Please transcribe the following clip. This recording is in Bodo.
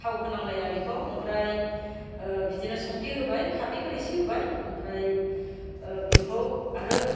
थाव होनांलाया बेखौ ओमफ्राय बिदिनो संख्रि होबाय खारदैफोर एसे होबाय ओमफ्राय बेखौ आरो